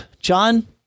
John